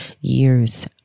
years